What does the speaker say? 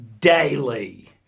daily